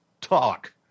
talk